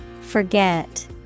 Forget